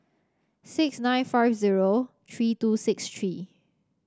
six nine five zero three two six three